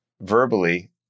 verbally